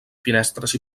finestres